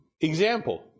Example